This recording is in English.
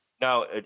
No